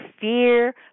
fear